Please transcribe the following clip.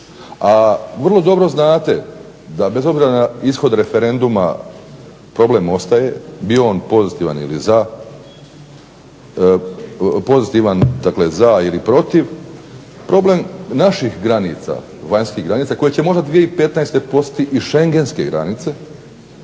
a vrlo dobro znate da bez obzira na ishod referenduma problem ostaje bio on pozitivan dakle za ili protiv. Problem naših granica, vanjskih granica koje će možda 2015. postati i Schengenske granice